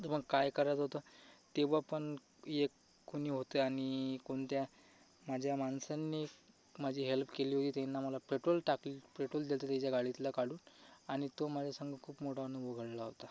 तर मग काय करावं तर तेव्हापण एक कोणी होते आणि कोणत्या माझ्या माणसांनी माझी हेल्प केली होती त्यांना मला पेट्रोल टाकी पेट्रोल देल्तं तेच्या गालीतला कालून आणि तो माझ्यासंग खूप मोठा अनुभव घडला होता